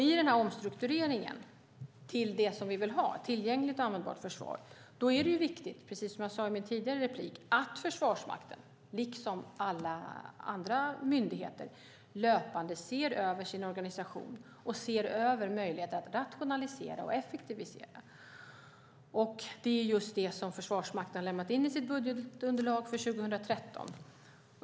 I omstruktureringen till det som vi vill ha, ett tillgängligt och användbart försvar, är det viktigt att Försvarsmakten liksom alla andra myndigheter löpande ser över sin organisation och ser över möjligheten att rationalisera och effektivisera. Det är det som Försvarsmakten har tagit med i sitt budgetunderlag för 2013.